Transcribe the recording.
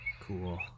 cool